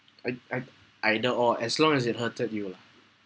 and I either or as long as it hurted you